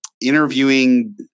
interviewing